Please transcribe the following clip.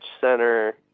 center